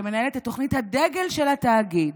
שמנהלת את תוכנית הדגל של התאגיד,